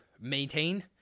maintain